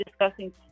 discussing